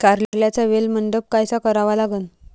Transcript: कारल्याचा वेल मंडप कायचा करावा लागन?